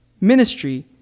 ministry